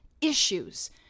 issues